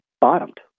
bottomed